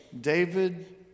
David